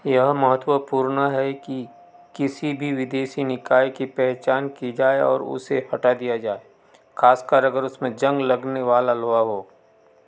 यह महत्वपूर्ण है कि किसी भी विदेशी निकाय की पहचान की जाए और उसे हटा दिया जाए ख़ासकर अगर उसमें ज़ंग लगने वाला लोहा हो